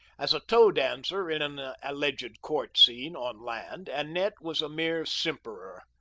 as a toe dancer in an alleged court scene, on land annette was a mere simperer.